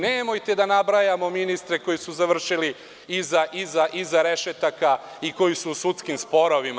Nemojte da nabrajamo ministre koji su završili iza rešetaka i koji su u sudskim sporovima.